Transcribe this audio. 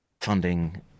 funding